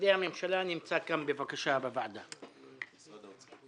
נמצאים כאן נציגי משרד האוצר,